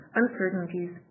uncertainties